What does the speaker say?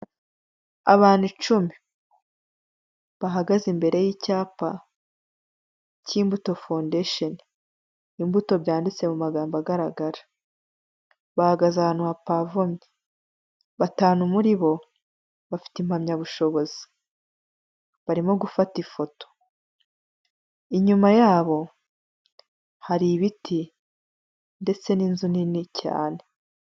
Abantu icumi bahagaze imbere y'icyapa cy'Imbuto foundation, imbuto byanditse mu magambo agaragara, bahagaze ahantu hapavomye batanu muri bo bafite impamyabushobozi barimo gufata ifoto, inyuma yabo hari ibiti ndetse n'inzu nini cyane.